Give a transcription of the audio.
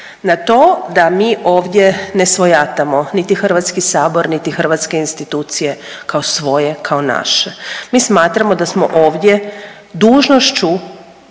na to da mi ovdje ne svojatamo niti Hrvatski sabor, niti hrvatske institucije kao svoje, kao naše. Mi smatramo da smo ovdje dužnošću